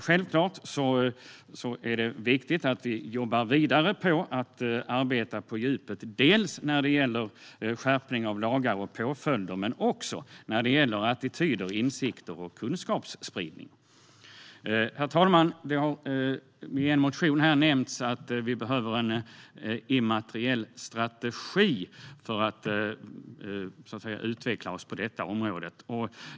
Självklart är det viktigt att vi arbetar vidare på djupet med skärpning av lagar och påföljder men också när det gäller attityder, insikter och kunskapsspridning. Herr talman! Det har i en motion nämnts att vi behöver en immateriell strategi för att utveckla oss på detta område.